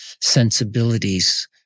sensibilities